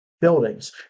buildings